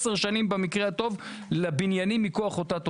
עשר שנים במקרה הטוב לבניינים מכוח אותה תוכנית,